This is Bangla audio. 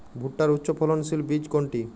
ভূট্টার উচ্চফলনশীল বীজ কোনটি?